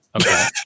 Okay